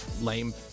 lame